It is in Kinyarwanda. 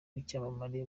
w’icyamamare